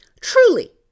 truly